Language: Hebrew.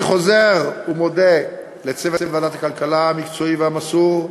אני חוזר ומודה לצוות ועדת הכלכלה המקצועי והמסור,